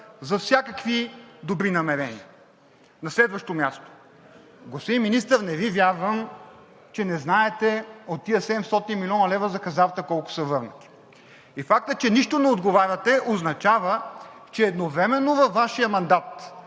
за всякакви добри намерения. На следващо място, господин Министър, не Ви вярвам, че не знаете колко от тези 700 млн. лв. за хазарта са върнати. И факта, че нищо не отговаряте, означава, че едновременно във Вашия мандат